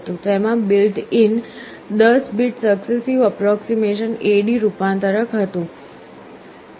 તેમાં built in 10 bit successive approximation AD રૂપાંતરક હતું